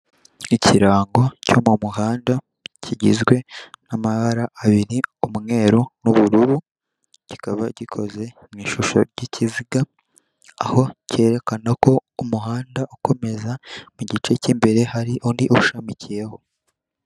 Ikirango cyo mu muhanda, kigizwe n'amabara abiri: umweru, n'ubururu kikaba gikoze mu ishusho y'ikiziga, aho cyerekana ko umuhanda ukomeza mu gice cy'imbere hari undi ushamikiyeho.